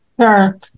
Sure